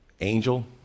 Angel